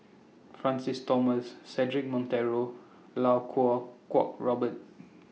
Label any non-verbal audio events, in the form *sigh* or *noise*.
Francis Thomas Cedric Monteiro Lau Kuo Kuo Robert *noise*